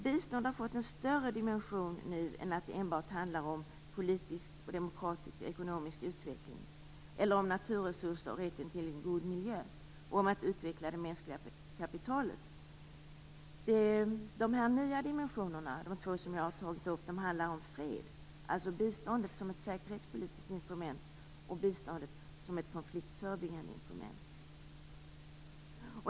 Biståndet har nu fått en större dimension än att enbart handla om politisk, demokratisk och ekonomisk utveckling eller om naturresurser, rätten till en god miljö och om att utveckla det mänskliga kapitalet. De två nya dimensioner som jag har tagit upp handlar om fred, alltså biståndet som ett säkerhetspolitiskt instrument och biståndet som ett konfliktförebyggande instrument.